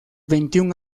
veintiún